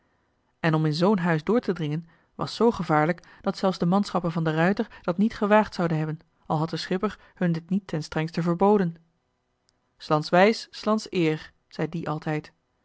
en om in zoo'n huis door te dringen was zoo gevaarlijk dat zelfs de manschappen van de ruijter dat niet gewaagd zouden hebben al had de schipper hun dit niet ten strengste verboden s lands wijs s lands eer zei die altijd